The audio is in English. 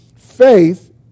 Faith